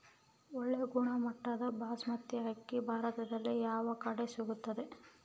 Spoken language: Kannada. ಒಳ್ಳೆ ಗುಣಮಟ್ಟದ ಬಾಸ್ಮತಿ ಅಕ್ಕಿ ಭಾರತದಲ್ಲಿ ಯಾವ ಕಡೆ ಸಿಗುತ್ತದೆ?